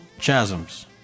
chasms